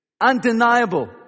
Undeniable